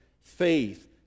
Faith